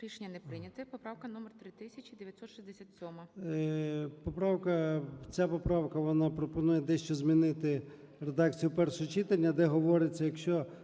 Рішення не прийнято. Поправка номер - 3968.